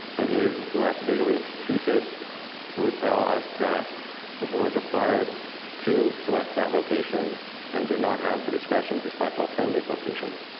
and is less visually obtrusive. we would tell us that the board is required to select that location and does not have the discretion to select alternative locations.